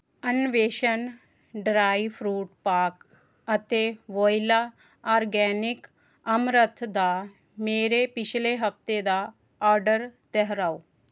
Anveshan dry fruit ਪਾਕ ਅਤੇ Voila organic amaranth ਦਾ ਮੇਰੇ ਪਿਛਲੇ ਹਫਤੇ ਦਾ ਆਰਡਰ ਦਹਰਾਓ